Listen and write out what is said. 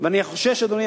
ואני חושש, אדוני.